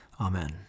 Amen